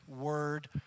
word